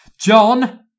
John